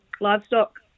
livestock